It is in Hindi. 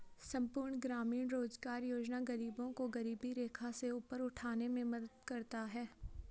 संपूर्ण ग्रामीण रोजगार योजना गरीबों को गरीबी रेखा से ऊपर उठाने में मदद करता है